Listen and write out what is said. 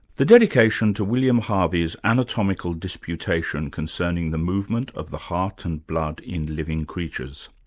the dedication to william harvey's anatomical disputation concerning the movement of the heart and blood in living creatures.